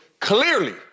clearly